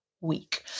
week